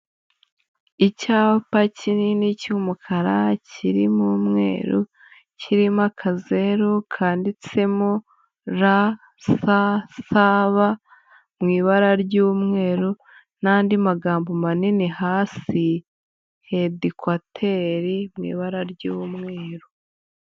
Icyapa kinini cy'umukara, kirimo umweru, kirimo akazeru kanditsemo RSSB mu ibara ry'umweru n'andi magambo manini hasi, hedikwateri mu ibara ry'umweru.